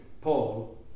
Paul